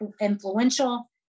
influential